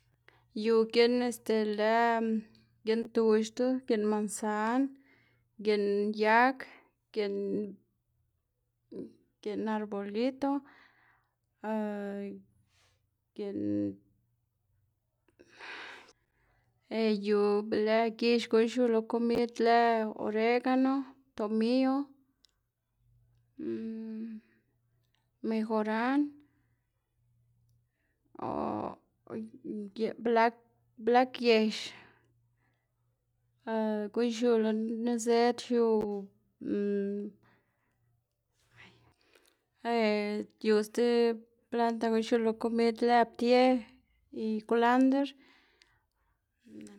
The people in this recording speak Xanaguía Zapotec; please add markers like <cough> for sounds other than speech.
Yu giꞌn este lë giꞌn tuxdl, giꞌn mansan, giꞌn yag, giꞌn giꞌn arbolito, <hesitation> giꞌn <noise> <hesitation> yu be lë gix xiu lo komid lë oregano, tomiyo, <hesitation> mojoran, <hesitation> blg blag yex, <hesitation> guꞌn xiu lo nizëd xiu <hesitation> <hesitation> yu stib planta guꞌn xiu lo komid lë ptie y kwlandr. <hesitation>